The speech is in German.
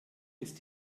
ist